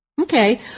Okay